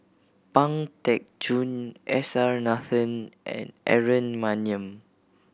Pang Teck Joon S R Nathan and Aaron Maniam